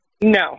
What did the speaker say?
No